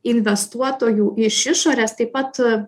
investuotojų iš išorės taip pat